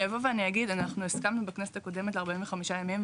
<< דובר_המשך >> מ': הסכמנו בכנסת הקודמת ל-45 ימים,